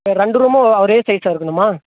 சரி ரெண்டு ரூமும் ஒரே சைஸ்ஸாக இருக்கணுமா